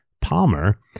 palmer